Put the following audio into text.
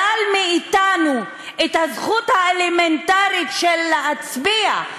שלל מאתנו את הזכות האלמנטרית להצביע,